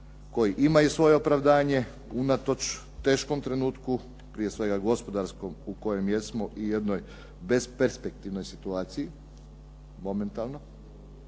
koji imaju svoje opravdanje unatoč teškom trenutku, prije svega gospodarskom u kojem jesmo i jednoj besperspektivnoj situaciji momentalno,